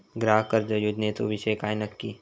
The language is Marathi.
ग्राहक कर्ज योजनेचो विषय काय नक्की?